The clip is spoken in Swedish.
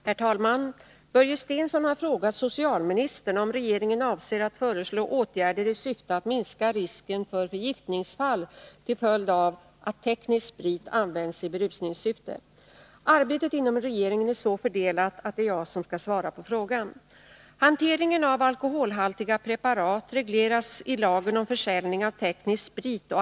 Herr talman! Börje Stensson har frågat socialministern om regeringen avser att föreslå åtgärder i syfte att minska risken för förgiftningsfall till följd av att teknisk sprit används i berusningssyfte. Arbetet inom regeringen är så fördelat att det är jag som skall svara på frågan.